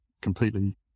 completely